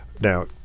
Now